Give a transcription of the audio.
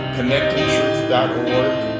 ConnectingTruth.org